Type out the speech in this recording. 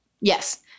Yes